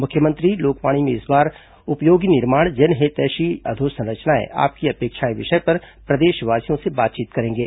मुख्यमंत्री लोकवाणी में इस बार उपयोगी निर्माण जनहितैषी अधोसंरचनाएं आपकी अपेक्षाएं विषय पर प्रदेशवासियों से बातचीत करेंगे